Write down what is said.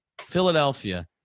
Philadelphia